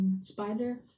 spider